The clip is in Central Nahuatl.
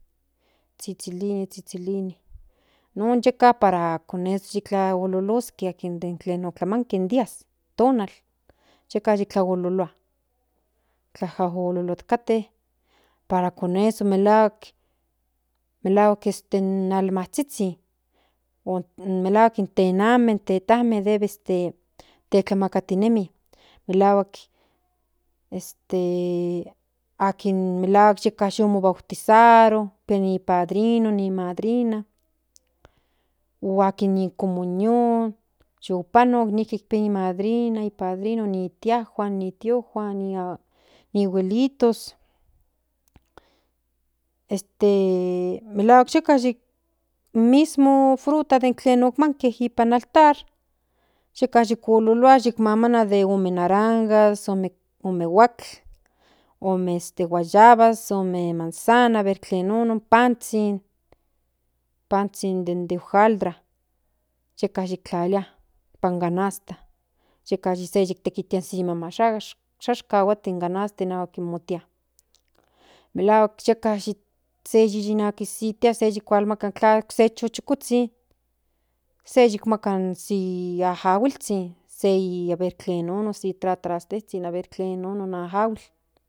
Zhizhilini non yeka para ti mololoske para in den tlamanke in días tonal yeka yi tlalololua tlajolkate para con eso melahuak in almazhizhin melahuak in tename i t tetanme debe este tetlamakatenemi melahuak estse melahuak yeka tu mo bautizaro pia ni padrino pia ni madrina o akin mo c onioa yu pano nijki pia padrino madrina ni tiajuan ni tojuan ni abuelitos este alhuak yeka mismo den tlen majke ompa in altar yeka yi kololua yeka mamana de emo narangas ome huatl ome guayabas ome manzanas aver tlen no no panzhin den de hojaldra yeka yi tlalilia nipan ganasta yeka yi de tikitia ni maman shiakan shia kahuati in ganasta inahuka in no tia melahuak yeka se yi hualmaka intla se chukozhizhin se yikmaka se yi juahuilzhin se i aver tlen nonno se istrastetezhin aver tlen nono majahuil